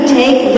take